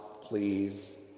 please